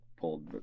pulled